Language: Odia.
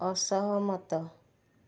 ଅସହମତ